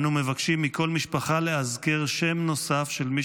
אנו מבקשים מכל משפחה לאזכר שם נוסף של מי